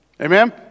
amen